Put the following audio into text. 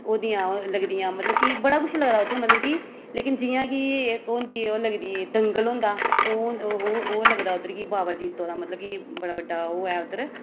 ओह्दियां ओह् लगदियां मतलब कि बड़ा कुछ लगदा लेकिन मतलब कि जि'यां कि होंदी ओह् लगदी दंगल होंदा ओह् ओह् लगदा बाबा जित्तो दा मतलब कि बड़ा बड्डा ओह् ऐ उद्धर